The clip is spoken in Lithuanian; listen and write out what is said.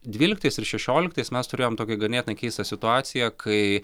dvyliktais ir šešioliktais mes turėjom tokią ganėtinai keistą situaciją kai